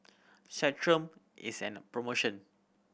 Centrum is an promotion